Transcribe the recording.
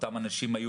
אותם אנשים,